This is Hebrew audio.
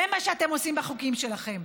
זה מה שאתם עושים בחוקים שלכם.